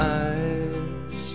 eyes